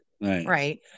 right